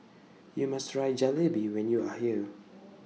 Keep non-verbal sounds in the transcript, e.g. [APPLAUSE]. YOU must Try Jalebi when YOU Are here [NOISE]